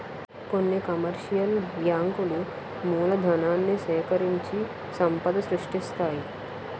కొన్ని కమర్షియల్ బ్యాంకులు మూలధనాన్ని సేకరించి సంపద సృష్టిస్తాయి